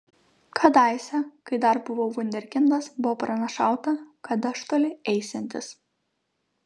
kadaise kai dar buvau vunderkindas buvo pranašauta kad aš toli eisiantis